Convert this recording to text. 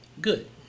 good